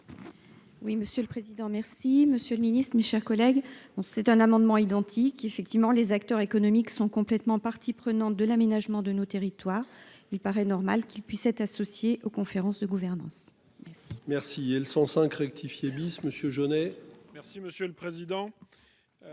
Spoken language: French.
Oui, monsieur le président. Merci Monsieur le Ministre, mes chers collègues ont c'est un amendement identique effectivement les acteurs économiques sont complètement partie prenante de l'aménagement de nos territoires. Il paraît normal qu'il puisse être associés aux conférences de gouvernance. Merci. Merci et le 105 rectifier bis monsieur Jeannet merci, monsieur le président.